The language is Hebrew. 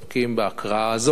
מסתפקים בהקראה הזאת?